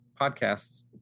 podcasts